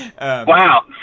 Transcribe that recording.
Wow